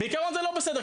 בעקרון זה לא בסדר,